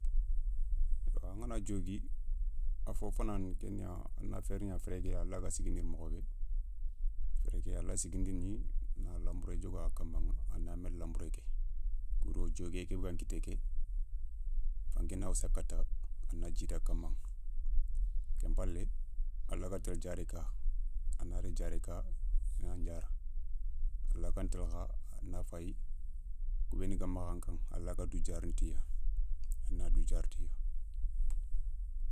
Angana diogui a fofana kéniya a na féré gna féré ké a laga sigindini mokho bé, féré ké a layi sigindini na lanbouré dioga kamma, a na méli lanbouré ké, kou do dioguiyé ké bé gan kitté ké, fanké na wassa katta a na djita kamma. Ken palé a lagga télé diaré ka a na daga diaré ka i nan diara, a laganta télé kha a na fayi kou béni ga makha an ka a lagga dou diarana tiya a na dou diara tiya.